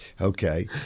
Okay